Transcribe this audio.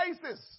places